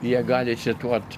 jie gali cituot